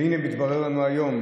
והינה, מתברר לנו היום